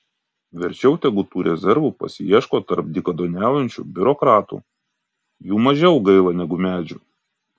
verčiau tegu tų rezervų pasiieško tarp dykaduoniaujančių biurokratų jų mažiau gaila negu medžių